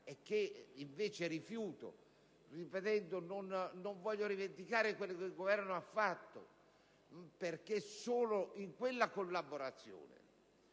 che invece rifiuto. Ripeto che voglio rivendicare quanto il Governo ha fatto, perché solo nella collaborazione